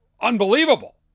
unbelievable